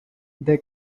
they